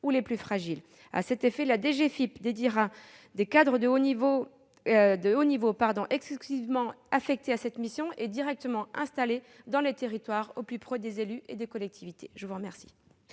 ou les plus fragiles. À cet effet, la DGFiP dédiera des cadres de haut niveau exclusivement affectés à cette mission et qui seront directement installés dans les territoires, au plus près des élus et des collectivités. La parole